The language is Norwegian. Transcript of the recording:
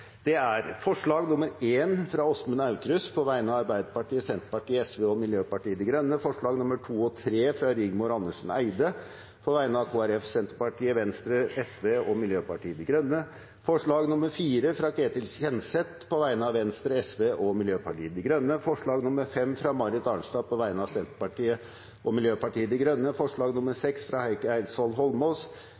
Det er forslag nr. 1, fra Åsmund Aukrust på vegne av Arbeiderpartiet, Senterpartiet, Sosialistisk Venstreparti og Miljøpartiet De Grønne forslagene nr. 2 og 3, fra Rigmor Andersen Eide på vegne av Kristelig Folkeparti, Senterpartiet, Venstre, Sosialistisk Venstreparti og Miljøpartiet De Grønne forslag nr. 4, fra Ketil Kjenseth på vegne av Venstre, Sosialistisk Venstreparti og Miljøpartiet De Grønne forslag nr. 5, fra Marit Arnstad på vegne av Senterpartiet og Miljøpartiet De Grønne forslag nr. 6, fra Heikki Eidsvoll Holmås